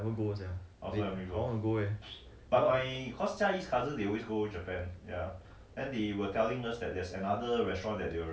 !whoa! I want go sia want go eh